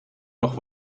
noch